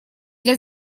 для